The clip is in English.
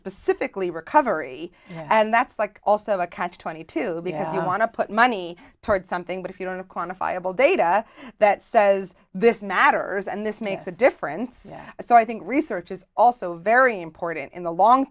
specifically recovery and that's like also a catch twenty two if you want to put money toward something but if you don't have quantifiable data that says this matters and this makes a difference so i think research is also very important in the long